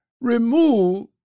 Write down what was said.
remove